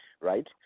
Right